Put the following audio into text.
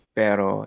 pero